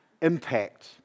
impact